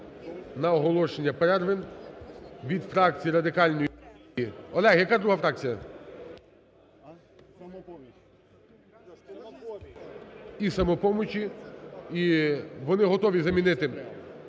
на оголошення перерви. Від фракції Радикальної партії, Олег, яка друга фракція? І "Самопомочі", і вони готові замінити